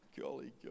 Golly